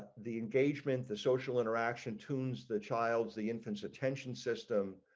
the engagement, the social interaction, tunes the child's the infant's attention system.